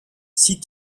six